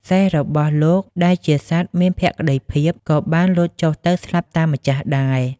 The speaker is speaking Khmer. សេះរបស់លោកដែលជាសត្វមានភក្តីភាព ក៏បានលោតចុះទៅស្លាប់តាមម្ចាស់ដែរ។